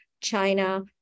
China